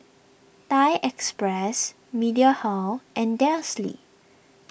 Thai Express Mediheal and Delsey